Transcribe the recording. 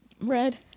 Red